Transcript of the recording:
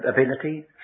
ability